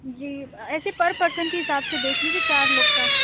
جی ایسے per person کے حساب سے دیکھ لیجیے چار لوگ کا